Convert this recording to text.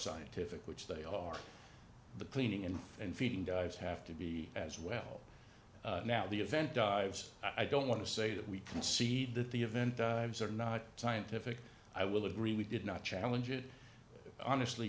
scientific which they are the cleaning and and feeding dives have to be as well now the event dives i don't want to say that we concede that the event are not scientific i will agree we did not challenge it honestly